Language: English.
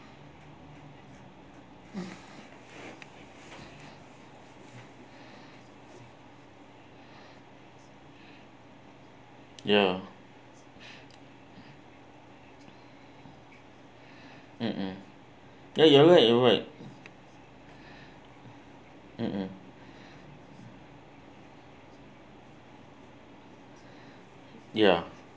ya mmhmm ya you're right you're right mmhmm ya